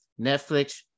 Netflix